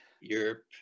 Europe